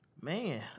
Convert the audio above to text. Man